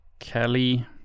Kelly